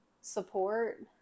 support